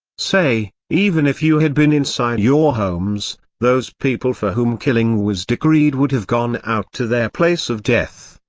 say, even if you had been inside your homes, those people for whom killing was decreed would have gone out to their place of death.